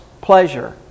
pleasure